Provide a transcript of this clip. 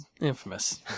Infamous